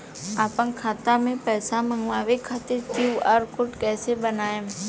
आपन खाता मे पैसा मँगबावे खातिर क्यू.आर कोड कैसे बनाएम?